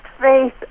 faith